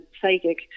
psychic